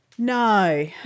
No